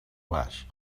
baix